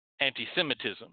anti-Semitism